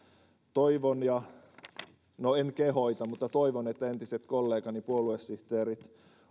toivon no en kehota mutta toivon että entiset kollegani puoluesihteerit